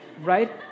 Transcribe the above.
right